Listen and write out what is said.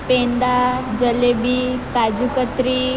પેંડા જલેબી કાજુકતરી